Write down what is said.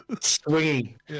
Swinging